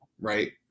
Right